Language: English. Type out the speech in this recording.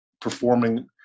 performing